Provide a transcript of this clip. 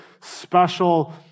special